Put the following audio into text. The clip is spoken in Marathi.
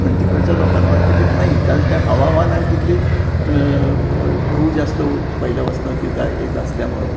पण तिकडच्या लोकांना वाटतं की नाही कारण त्या हवामान आणि तिथली गहू जास्त पहिल्यापासून तिथ येत असल्यामुळं